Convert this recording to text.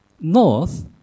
north